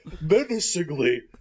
menacingly